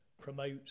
promote